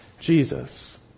Jesus